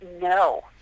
No